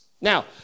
Now